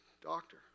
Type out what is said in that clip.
Doctor